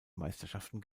meisterschaften